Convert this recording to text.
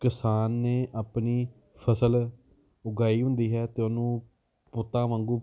ਕਿਸਾਨ ਨੇ ਆਪਣੀ ਫਸਲ ਉਗਾਈ ਹੁੰਦੀ ਹੈ ਅਤੇ ਉਹਨੂੰ ਪੁੱਤਾਂ ਵਾਂਗੂੰ